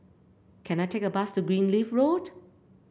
can I take a bus to Greenleaf Road